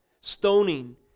stoning